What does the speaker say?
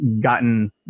gotten